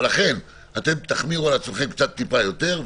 ולכן אתם תחמירו על עצמכם טיפה יותר.